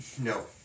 No